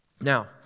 Now